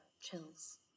chills